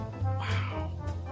Wow